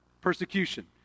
persecution